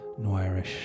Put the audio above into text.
noirish